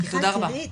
תודה רבה.